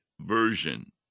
version